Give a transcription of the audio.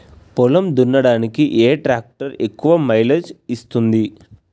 పొలం దున్నడానికి ఏ ట్రాక్టర్ ఎక్కువ మైలేజ్ ఇస్తుంది?